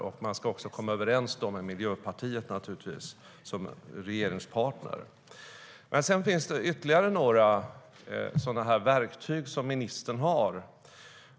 Man ska naturligtvis också komma överens med Miljöpartiet som regeringspartner. Det finns ytterligare några verktyg som ministern har.